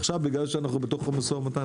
ועכשיו בגלל שאנחנו בתוך המשא ומתן,